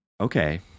okay